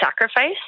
sacrifice